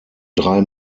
drei